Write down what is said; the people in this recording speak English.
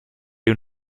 you